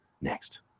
next